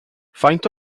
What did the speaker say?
faint